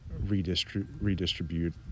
redistribute